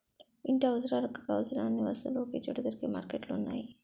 ఇంటి అవసరాలకు కావలసిన అన్ని వస్తువులు ఒకే చోట దొరికే మార్కెట్లు ఉన్నాయి